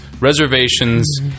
reservations